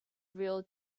reel